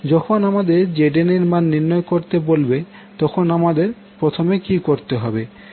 যখন আমাদের ZN এর মান নির্ণয় করতে বলবে তখন আমাদের প্রথমে কি করতে হবে